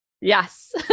Yes